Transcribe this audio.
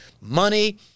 money